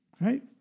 Right